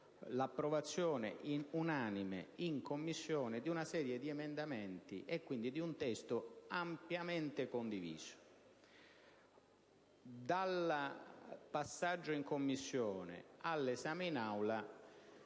l'approvazione unanime in Commissione di una serie di emendamenti e quindi di un testo ampiamente condiviso. Nel passaggio dalla Commissione all'esame in Aula